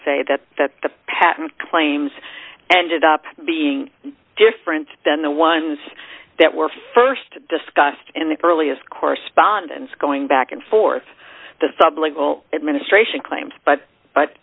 say that that the patent claims and it up being different than the ones that were st discussed in the earliest correspondence going back and forth the sub legal administration claims but but